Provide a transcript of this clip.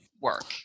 work